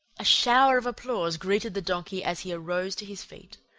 a shower of applause greeted the donkey as he arose to his feet.